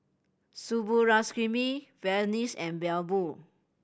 Subbulakshmi Verghese and Bellur